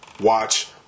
watch